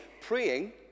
praying